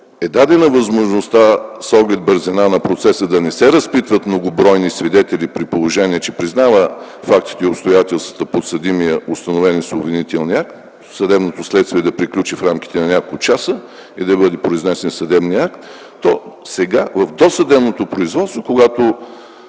е дадена възможността с оглед бързина на процеса да не се разпитват многобройни свидетели, при положение че подсъдимият признава фактите и обстоятелствата, установени с обвинителния акт, съдебното следствие да приключи в рамките на няколко часа, за да бъде произнесен съдебният акт, то сега в досъдебното производство, когато